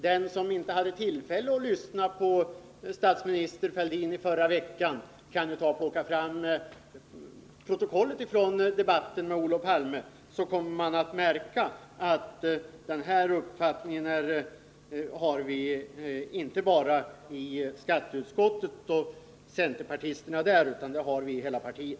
Den som inte hade tillfälle att lyssna på statsminister Fälldin i förra veckan kan plocka fram protokollet från debatten mellan statsministern och Olof Palme. Den som läser protokollet från den debatten kommer att märka att den här uppfattningen har inte bara centerpartisterna i skatteutskottet utan den har hela partiet.